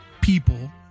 people